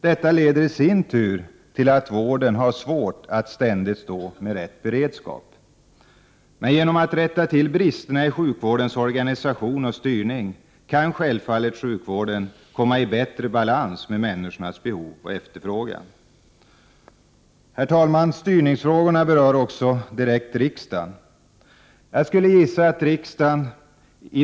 Detta leder i sin tur till att vården har svårt att ständigt stå med rätt beredskap. Men genom att man rättar till bristerna i sjukvårdens organisation och styrning kan självfallet sjukvården komma i bättre balans med människornas behov och efterfrågan. Herr talman! Styrningsfrågorna berör också direkt riksdagen.